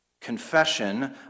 Confession